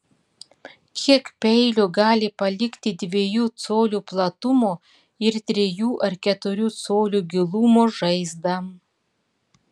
kiek peilių gali palikti dviejų colių platumo ir trijų ar keturių colių gilumo žaizdą